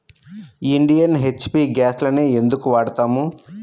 Indian, HP గ్యాస్లనే ఎందుకు వాడతాము?